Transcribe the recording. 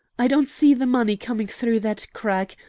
i don't see the money coming through that crack,